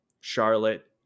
Charlotte